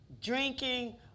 drinking